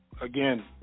again